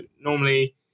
normally